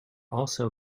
also